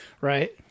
Right